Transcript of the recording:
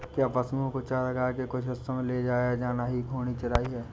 क्या पशुओं को चारागाह के कुछ हिस्सों में ले जाया जाना ही घूर्णी चराई है?